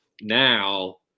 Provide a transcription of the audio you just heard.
Now